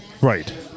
Right